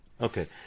Okay